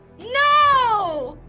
no!